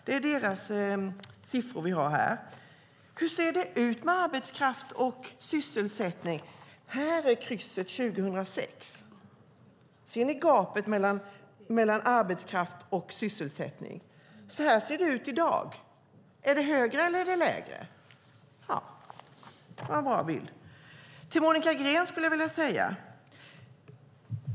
Hur ser egentligen förhållandet mellan arbetskraft och sysselsättning ut? Här ser ni hur det var 2006. Ser ni gapet mellan arbetskraft och sysselsättning? Titta sedan här. Här ser ni hur det ser ut i dag. Är det högre eller lägre? Det är en bra bild. Nu vill jag säga något till Monica Green.